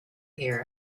here